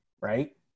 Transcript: Right